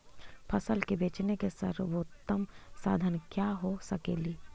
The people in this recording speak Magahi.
फसल के बेचने के सरबोतम साधन क्या हो सकेली?